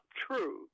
true